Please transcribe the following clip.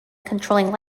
controlling